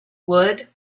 would